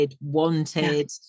wanted